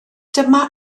dyma